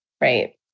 right